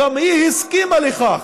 גם היא הסכימה לכך